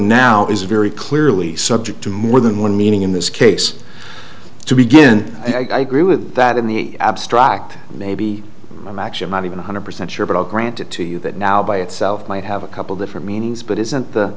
now is very clearly subject to more than one meaning in this case to begin i grew with that in the abstract maybe i'm actually not even one hundred percent sure but i'll grant it to you that now by itself might have a couple different meanings but isn't the